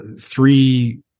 three